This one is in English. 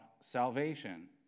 salvation